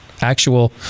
actual